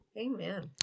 Amen